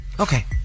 Okay